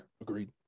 Agreed